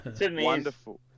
Wonderful